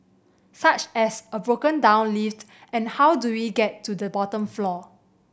such as a broken down lift and how do we get to the bottom floor